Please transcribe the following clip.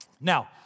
Now